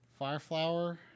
Fireflower